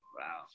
Wow